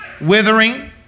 withering